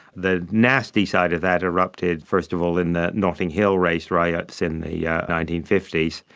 the nasty side of that erupted first of all in the notting hill race riots in the yeah nineteen fifty s,